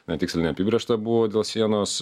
na tiksliai apibrėžta buvo dėl sienos